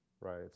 right